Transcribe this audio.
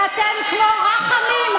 ואתם כמו רחמים,